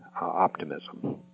optimism